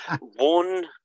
one